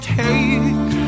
take